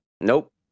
Nope